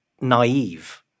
naive